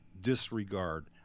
disregard